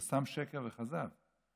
זה סתם שקר וכזב,